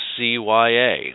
CYA